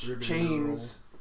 chains